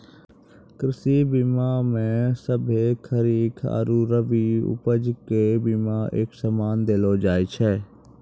कृषि बीमा मे सभ्भे खरीक आरु रवि उपज के बिमा एक समान देलो जाय छै